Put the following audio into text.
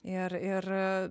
ir ir